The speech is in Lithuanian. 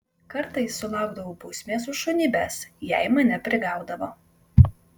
kartais sulaukdavau bausmės už šunybes jei mane prigaudavo